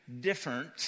different